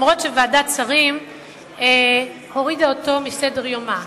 גם אם ועדת השרים הורידה אותו מסדר-יומה,